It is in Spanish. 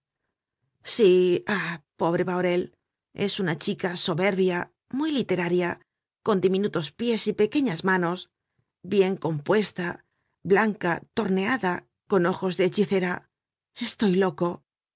sí ah pobre bahorel es una chica soberbia muy literaria con diminutos pies y pequeñas manos bien compuesta blanca torneada con ojos de hechicera estoy loco